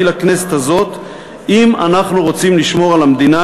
לכנסת הזאת אם אנחנו רוצים לשמור על המדינה,